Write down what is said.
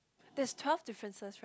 there's twelve differences right